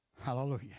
Hallelujah